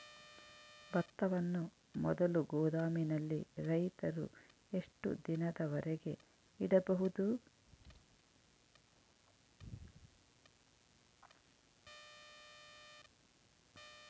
ಭತ್ತವನ್ನು ಮೊದಲು ಗೋದಾಮಿನಲ್ಲಿ ರೈತರು ಎಷ್ಟು ದಿನದವರೆಗೆ ಇಡಬಹುದು?